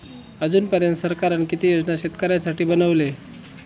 अजून पर्यंत सरकारान किती योजना शेतकऱ्यांसाठी बनवले?